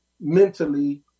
mentally